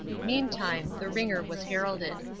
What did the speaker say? meantime the ringer was heralded.